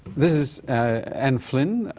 this is ann flynn,